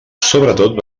sobretot